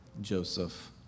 Joseph